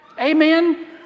Amen